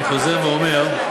אני חוזר ואומר,